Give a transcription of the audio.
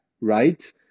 right